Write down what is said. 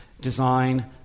design